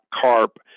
carp